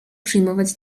przyjmować